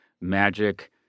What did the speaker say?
magic